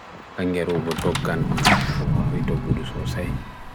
Kuunga waɗi ngam ɗum jogii ɗoo’en ngolokkiɗe ko hayre ndiyam.